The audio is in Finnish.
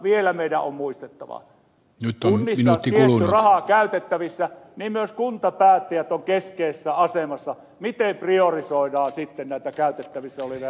vielä meidän on muistettava että kun kunnissa on tietty raha käytettävissä niin myös kuntapäättäjät ovat keskeisessä asemassa siinä miten priorisoidaan käytettävissä olevia resursseja